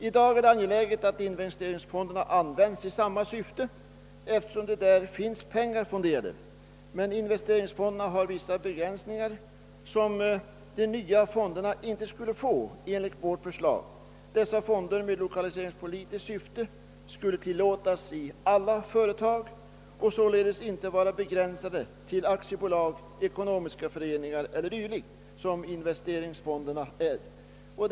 I dag är det angeläget att investeringsfonderna används i samma syfte, eftersom det där finns pengar fonderade. Men investeringsfonderna har vissa begränsningar, som de nya fonderna inte skulle få enligt vårt förslag. Dessa fonder med lokaliseringspolitiskt syfte skulle tillåtas i alla företag och således inte såsom investeringsfonderna vara begränsade till aktiebolag, ekonomiska föreningar eller dylikt.